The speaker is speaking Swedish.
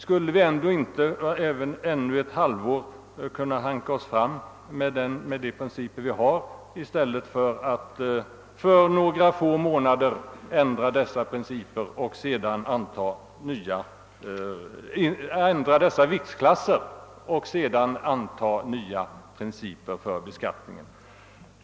Skulle vi inte under ännu ett halvår kunna hanka oss fram med de principer vi har i stället för att för några få månader ändra dessa viktklasser och sedan anta nya principer för beskattningen?